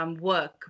work